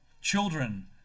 children